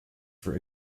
for